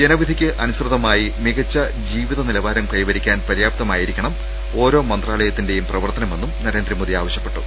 ജനവിധിക്കനുസൃ തായി മികച്ച ജീവിത നിലവാരം കൈവരിക്കാൻ പര്യാപ്തമായിരി ക്കണം ഓരോ മന്ത്രാലയത്തിന്റേയും പ്രവർത്തനമെന്നും നരേന്ദ്ര മോദി ആവശ്യപ്പെട്ടു